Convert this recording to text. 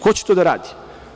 Ko će to da radi?